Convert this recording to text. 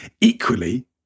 Equally